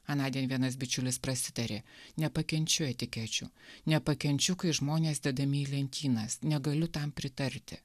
anądien vienas bičiulis prasitarė nepakenčiu etikečių nepakenčiu kai žmonės dedami į lentynas negaliu tam pritarti